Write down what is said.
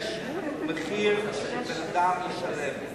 יש מחיר שבן-אדם ישלם.